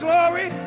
glory